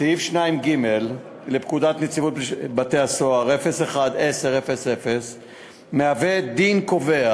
סעיף 2ג לפקודת נציבות בתי-הסוהר 01.10.00 הוא דין הקובע